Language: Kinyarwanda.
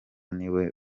niwe